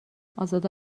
ازاده